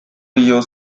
río